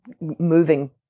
moving